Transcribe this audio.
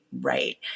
right